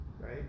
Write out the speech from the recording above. right